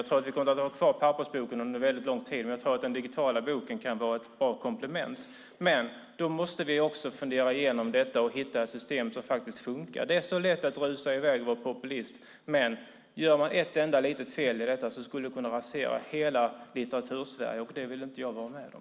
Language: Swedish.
Jag tror att vi kommer att ha kvar pappersboken under lång tid, men den digitala boken kan vara ett bra komplement. Men då måste vi också fundera igenom detta och hitta ett system som fungerar. Det är så lätt att rusa i väg och vara populist, men gör man ett enda litet fel i detta skulle det kunna rasera hela Litteratursverige. Det vill inte jag vara med om.